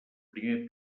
primer